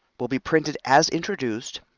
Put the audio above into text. will be printed as introduced,